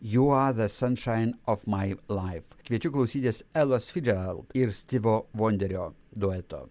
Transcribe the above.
ju a de san šain of mai laif kviečiu klausytis elos fidžald ir stivo vonderio dueto